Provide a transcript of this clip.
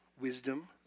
wisdom